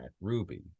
Ruby